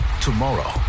Tomorrow